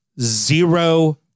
zero